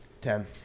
Ten